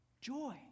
Joy